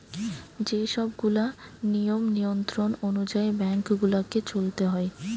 যে সব গুলা নিয়ম নিয়ন্ত্রণ অনুযায়ী বেঙ্ক গুলাকে চলতে হয়